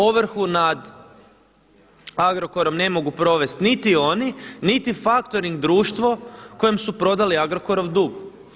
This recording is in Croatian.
Ovrhu nad Agrokorom ne mogu provesti niti oni, niti faktoring društvo kojem su prodali Agrokorov dug.